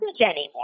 anymore